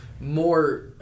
more